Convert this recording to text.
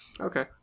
Okay